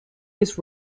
his